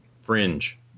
Fringe